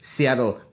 Seattle